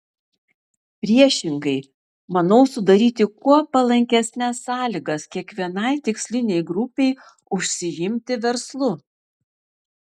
priešingai manau sudaryti kuo palankesnes sąlygas kiekvienai tikslinei grupei užsiimti verslu